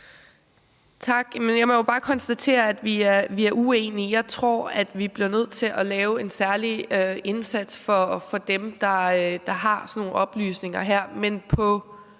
Tak. Jeg må jo bare konstatere, at vi er uenige. Jeg tror, vi bliver nødt til at lave en særlig indsats for dem, der har sådan nogle oplysninger her,